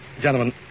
gentlemen